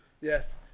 yes